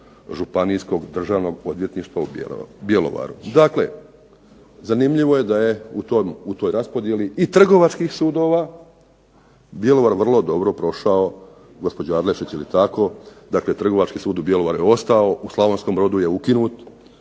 Županijskog državnog odvjetništva u Bjelovaru. Dakle, zanimljivo je da je u toj raspodjeli i trgovačkih sudova Bjelovar vrlo dobro prošao, gospođo Adlešić je li tako. Dakle, Trgovački sud u Bjelovaru je ostao, u Slavonskom Brodu je ukinut,